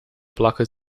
placa